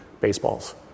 baseballs